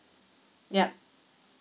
yup